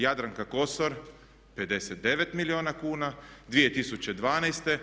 Jadranka Kosor 59 milijuna kuna, 2012.